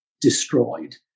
destroyed